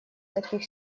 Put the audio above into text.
таких